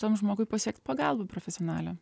tam žmogui pasiekt pagalbą profesionalią